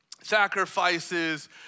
sacrifices